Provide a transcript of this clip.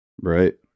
Right